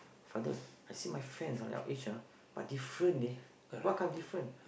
father I see my friends ah like your age ah but different leh what kind of different